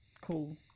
cool